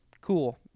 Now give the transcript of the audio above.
Cool